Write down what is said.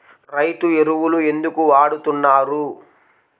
రైతు ఎరువులు ఎందుకు వాడుతున్నారు?